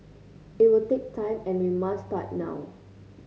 it will take time and we must start now